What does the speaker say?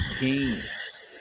games